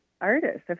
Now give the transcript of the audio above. artist